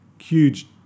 huge